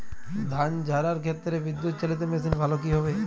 ধান ঝারার ক্ষেত্রে বিদুৎচালীত মেশিন ভালো কি হবে?